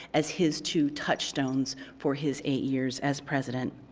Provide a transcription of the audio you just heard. as his two touchstones for his eight years as president.